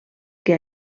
que